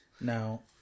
Now